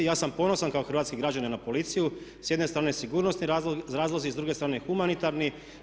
I ja sam ponosan kao hrvatski građanin na policiju s jedne strane sigurnosni razlozi, s druge strane humanitarni.